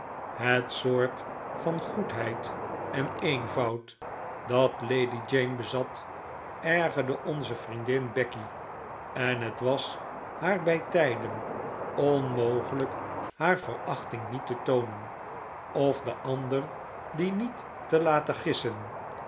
het soort van goedheid en eenvoud dat lady jane bezat ergerde onze vriendin becky en het was haar bij tijden onmogelijk haar verachting niet te toonen of de ander die niet te laten gissen